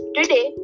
Today